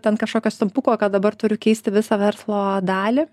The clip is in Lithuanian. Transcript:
ten kažkokio stampuko kad dabar turiu keisti visą verslo dalį